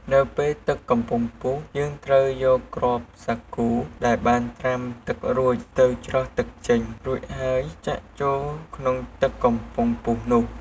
នៅពេលទឹកកំពុងពុះ យើងត្រូវយកគ្រាប់សាគូដែលបានត្រាំទឹករួចទៅច្រោះទឹកចេញ រួចហើយចាក់ចូលក្នុងទឹកកំពុងពុះនោះ។